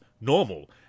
normal